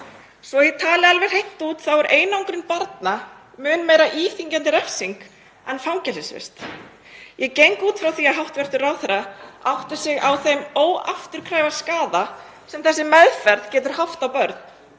Svo ég tali alveg hreint út þá er einangrun barna mun meira íþyngjandi refsing en fangelsisvist. Ég geng út frá því að hæstv. ráðherra átti sig á þeim óafturkræfa skaða sem þessi meðferð getur haft á börn.